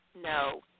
no